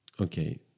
okay